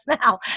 now